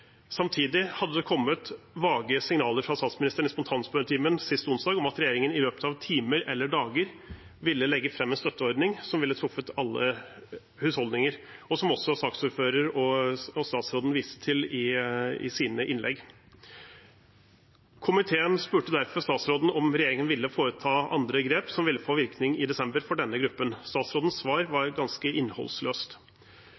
Samtidig hadde det kommet vage signaler fra statsministeren i spontanspørretimen sist onsdag om at regjeringen i løpet av timer eller dager ville legge fram en støtteordning som ville truffet alle husholdninger, og som også saksordføreren og statsråden viste til i sine innlegg. Komiteen spurte derfor statsråden om regjeringen ville foreta andre grep som ville få virkning i desember for denne gruppen. Statsrådens svar